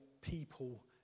people